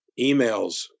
emails